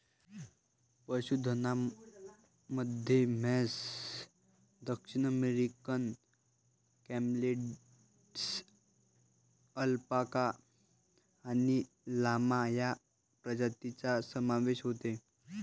पशुधनामध्ये म्हैस, दक्षिण अमेरिकन कॅमेलिड्स, अल्पाका आणि लामा या प्रजातींचा समावेश होतो